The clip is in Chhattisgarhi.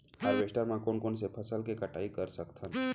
हारवेस्टर म कोन कोन से फसल के कटाई कर सकथन?